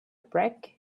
brick